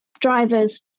drivers